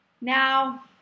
Now